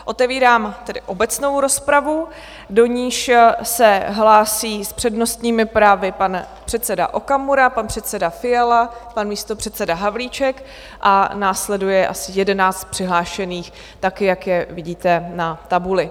Otevírám tedy obecnou rozpravu, do níž se hlásí s přednostními právy pan předseda Okamura, pan předseda Fiala, pan místopředseda Havlíček a následuje asi jedenáct přihlášených tak, jak je vidíte na tabuli.